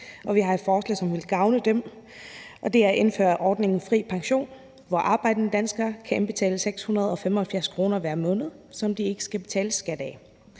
vi har et forslag, som ville gavne dem, og det er at indføre ordningen fri pension, hvor arbejdende danskere kan indbetale 675 kr. hver måned, som de ikke skal betale skat af.